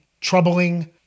troubling